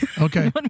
okay